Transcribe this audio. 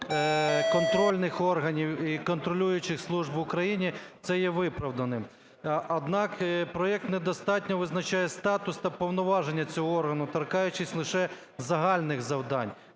контрольних органів і контролюючих служб в Україні, це є виправданим. Однак проект недостатньо визначає статус та повноваження цього органу, торкаючись лише загальних завдань.